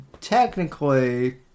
technically